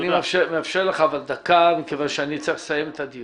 אני מברך את כל